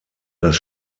das